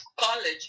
college